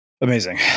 Amazing